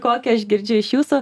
kokią aš girdžiu iš jūsų